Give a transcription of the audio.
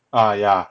ah yeah